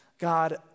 God